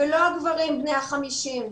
ולא הגברים בני ה-50.